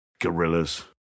gorillas